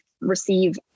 receive